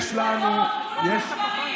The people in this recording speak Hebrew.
מורי דרך,